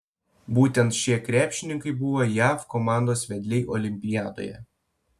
būtent šie krepšininkai buvo jav komandos vedliai olimpiadoje